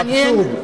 אבסורד.